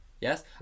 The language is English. Yes